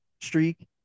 streak